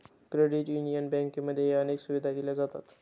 credit union बँकांमध्येही अनेक सुविधा दिल्या जातात